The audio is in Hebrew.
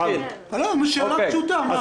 זו שאלה פשוטה.